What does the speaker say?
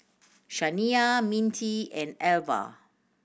Shaniya Mintie and Alva